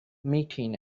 meeting